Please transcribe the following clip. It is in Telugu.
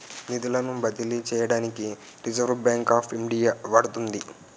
నిధులను బదిలీ చేయడానికి రిజర్వ్ బ్యాంక్ ఆఫ్ ఇండియా వాడుతుంది